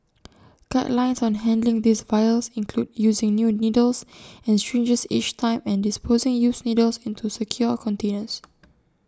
guidelines on handling these vials include using new needles and syringes each time and disposing used needles into secure containers